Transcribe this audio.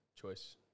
choice